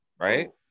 right